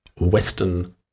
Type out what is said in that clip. Western